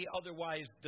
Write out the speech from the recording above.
otherwise